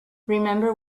remember